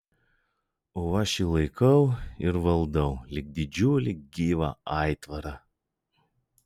o aš jį laikau ir valdau lyg didžiulį gyvą aitvarą